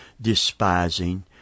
despising